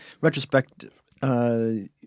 retrospective